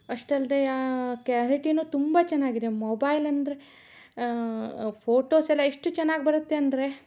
ಅಷ್ಟಲ್ದೆ ಯಾ ಕ್ಲಾರಿಟಿನು ತುಂಬ ಚೆನ್ನಾಗಿದೆ ಮೊಬೈಲ್ ಅಂದರೆ ಫೋಟೋಸೆಲ್ಲ ಎಷ್ಟು ಚೆನ್ನಾಗ್ ಬರುತ್ತೆ ಅಂದರೆ